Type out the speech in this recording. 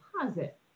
deposit